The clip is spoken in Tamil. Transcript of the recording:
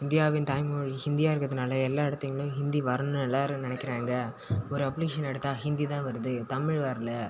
இந்தியாவின் தாய்மொழி ஹிந்தியா இருக்கிறதுனால எல்லா இடத்துலையுமே ஹிந்தி வரணுன்னு எல்லோரும் நினைக்கிறாங்க ஒரு அப்ளிகேஷன் எடுத்தால் ஹிந்தி தான் வருது தமிழ் வரல